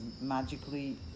magically